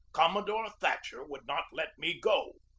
commodore thatcher would not let me go.